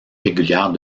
régulière